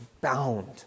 bound